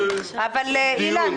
אילן גילאון,